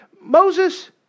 Moses